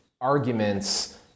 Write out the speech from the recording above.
arguments